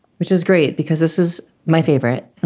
which is great because this is my favorite